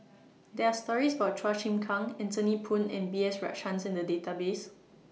There Are stories about Chua Chim Kang Anthony Poon and B S Rajhans in The Database